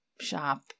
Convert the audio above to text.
shop